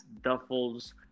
duffels